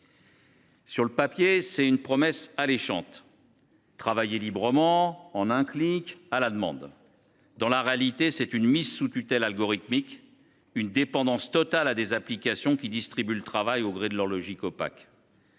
Sur le papier, c’est une promesse alléchante : travailler librement, en un clic, à la demande. Dans la réalité, c’est une mise sous tutelle algorithmique, une dépendance totale à des applications qui distribuent le travail au gré de leur logique opaque.